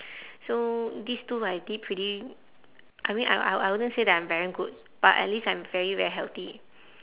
so these two I did pretty I mean I I I wouldn't say that I'm very good but at least I'm very very healthy